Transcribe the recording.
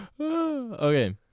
Okay